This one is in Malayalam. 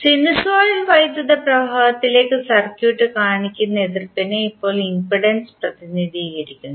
സിനുസോയ്ഡൽ വൈദ്യുത പ്രവാഹത്തിലേക്ക് സർക്യൂട്ട് കാണിക്കുന്ന എതിർപ്പിനെ ഇപ്പോൾ ഇംപെഡൻസ് പ്രതിനിധീകരിക്കുന്നു